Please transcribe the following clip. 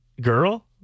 girl